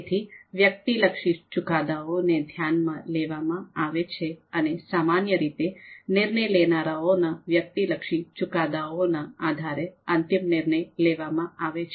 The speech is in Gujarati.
તેથી વ્યક્તિલક્ષી ચુકાદાઓને ધ્યાનમાં લેવામાં આવે છે અને સામાન્ય રીતે નિર્ણય લેનારાઓના વ્યક્તિલક્ષી ચુકાદાઓના આધારે અંતિમ નિર્ણય લેવામાં આવે છે